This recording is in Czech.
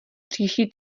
příští